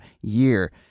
year